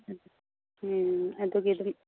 ꯎꯝ ꯑꯗꯨꯒꯤꯗꯤ